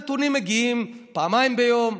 הנתונים מגיעים פעמיים ביום,